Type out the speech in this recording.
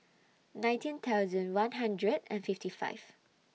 nineteen thousand one hundred and fifty five